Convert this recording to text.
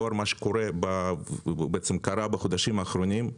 לאור מה שקרה בחודשים האחרונים,